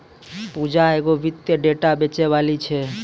पूजा एगो वित्तीय डेटा बेचैबाली छै